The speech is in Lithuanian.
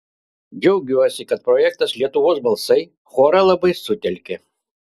džiaugiuosi kad projektas lietuvos balsai chorą labai sutelkė